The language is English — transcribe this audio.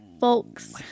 folks